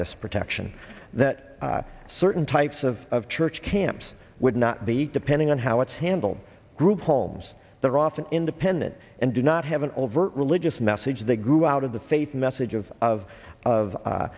this protection that certain types of church camps would not be depending on how it's handle group homes that are often independent and do not have an overt religious message they grew out of the faith message of of of